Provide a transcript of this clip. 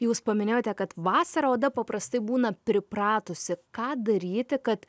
jūs paminėjote kad vasarą oda paprastai būna pripratusi ką daryti kad